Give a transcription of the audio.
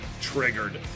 triggered